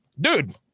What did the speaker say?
dude